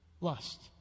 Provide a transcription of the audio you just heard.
Lust